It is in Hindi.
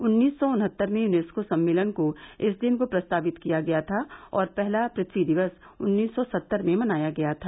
उन्नीस सौ उन्हत्तर में यूनेस्को सम्मेलन को इस दिन को प्रस्तावित किया गया था और पहला पथ्वी दिवस उन्नीस सौ सत्तर में मनाया गया था